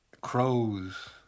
Crows